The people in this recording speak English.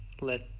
Let